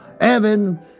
Evan